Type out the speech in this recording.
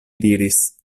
diris